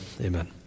Amen